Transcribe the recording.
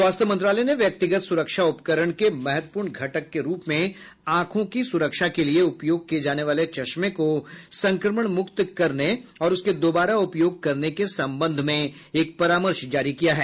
स्वास्थ्य मंत्रालय ने व्यक्तिगत सुरक्षा उपकरण के महत्वपूर्ण घटक के रूप में आंखों की सुरक्षा के लिए उपयोग किए जाने वाले चश्मे को संक्रमणम्क्त करने और उसके दोबारा उपयोग करने के संबंध में एक परामर्श जारी किया है